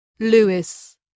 Lewis